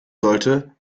sollte